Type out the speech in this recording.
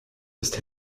ist